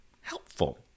helpful